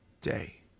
day